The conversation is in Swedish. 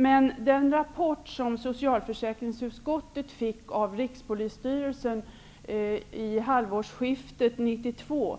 Men i den rapport som socialförsäkringsutskottet fick av Rikspolisstyrelsen vid halvårsskiftet 1992